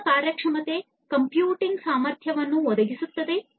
ಹೆಚ್ಚಿನ ಕಾರ್ಯಕ್ಷಮತೆಯ ಕಂಪ್ಯೂಟಿಂಗ್ ಸಾಮರ್ಥ್ಯವನ್ನು ಒದಗಿಸುತ್ತದೆ